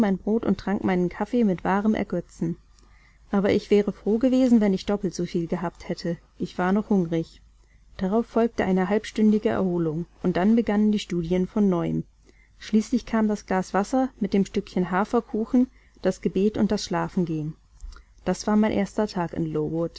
brot und trank meinen kaffee mit wahrem ergötzen aber ich wäre froh gewesen wenn ich doppelt so viel gehabt hätte ich war noch hungrig darauf folgte eine halbstündige erholung und dann begannen die studien von neuem schließlich kam das glas wasser mit dem stückchen haferkuchen das gebet und das schlafengehen das war mein erster tag in